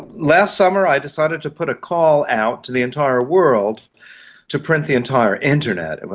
last summer i decided to put a call out to the entire world to print the entire internet.